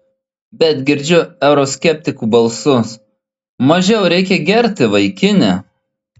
bet girdžiu euroskeptikų balsus mažiau reikia gerti vaikine